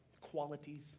Qualities